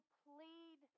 plead